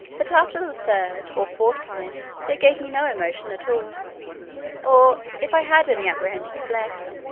that after the third or fourth time they gave me no emotion at all or, if i had any apprehensions left,